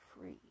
free